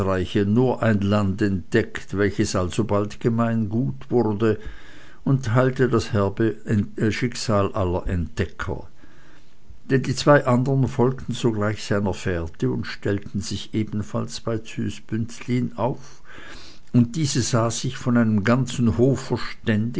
nur ein land entdeckt welches alsobald gemeingut wurde und teilte das herbe schicksal aller entdecker denn die zwei andern folgten sogleich seiner fährte und stellten sich ebenfalls bei züs bünzlin auf und diese sah sich von einem ganzen